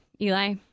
Eli